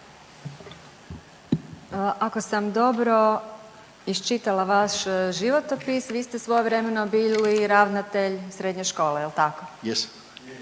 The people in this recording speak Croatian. Ako sam dobro iščitala vaš životopis vi ste svojevremeno bili ravnatelj srednje škole. Jel' tako?